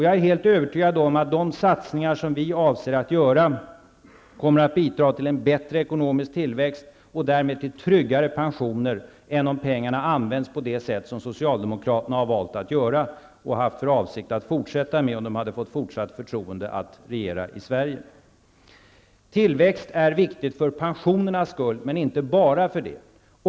Jag är helt övertygad om att de satsningar som vi avser att göra kommer att bidra till en bättre ekonomisk tillväxt och därmed till tryggare pensioner, än om pengarna används på det sätt som socialdemokraterna har valt att göra och haft för avsikt att fortsätta med, om de hade fått förtroende att fortsätta regera i Sverige. Tillväxt är viktigt för pensionernas skull, men inte bara därför.